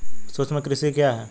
सूक्ष्म कृषि क्या है?